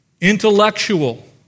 intellectual